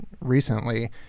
recently